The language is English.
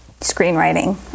screenwriting